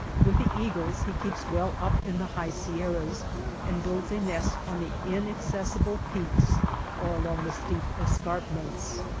with the eagles he keeps well up in the high sierras and builds a nest on the inaccessible peaks or along the steep escarpments.